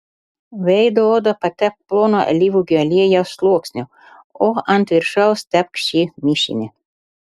veido odą patepk plonu alyvuogių aliejaus sluoksniu o ant viršaus tepk šį mišinį